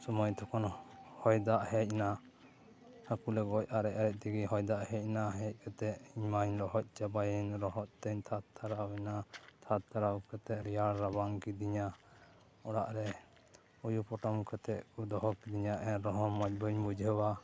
ᱥᱳᱢᱳᱭ ᱛᱚᱠᱷᱚᱱ ᱦᱚᱭ ᱫᱟᱜ ᱡᱮᱡ ᱮᱱᱟ ᱦᱟᱹᱠᱩ ᱞᱮ ᱜᱚᱡ ᱟᱨᱮᱡ ᱟᱨᱮᱡ ᱛᱮᱜᱮ ᱦᱚᱭ ᱫᱟᱜ ᱦᱮᱡ ᱮᱱᱟ ᱦᱮᱡ ᱠᱟᱛᱮ ᱤᱧ ᱢᱟᱹᱧ ᱞᱚᱦᱚᱫ ᱪᱟᱵᱟᱭᱮᱱ ᱞᱚᱦᱚᱫ ᱛᱮᱧ ᱛᱷᱟᱨ ᱴᱷᱟᱨᱟᱣ ᱮᱱᱟ ᱛᱷᱟᱨ ᱛᱷᱟᱨ ᱛᱷᱟᱨᱟᱣ ᱠᱟᱛᱮ ᱨᱮᱭᱟᱲ ᱨᱟᱵᱟᱝ ᱠᱮᱫᱮᱧᱟᱹ ᱚᱲᱟᱜ ᱨᱮ ᱩᱭᱩ ᱯᱚᱴᱚᱢ ᱠᱟᱛᱮ ᱫᱚᱦᱚ ᱠᱮᱫᱮᱧᱟᱹ ᱮᱱ ᱨᱮᱦᱚᱸ ᱢᱚᱡᱽ ᱵᱟᱹᱧ ᱵᱩᱡᱷᱟᱹᱣᱟ